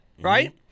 right